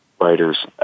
writers